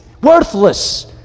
worthless